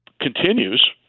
continues